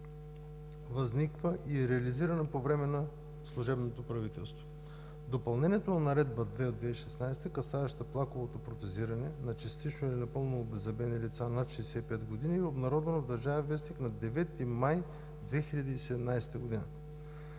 възниква и е реализирана по време на служебното правителство. Допълнението на Наредба № 2 от 2016 г., касаеща плаковото протезиране на частично или напълно обеззъбени лица над 65 години, е обнародвана в „Държавен вестник“ на 9 май 2017 г.